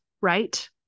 right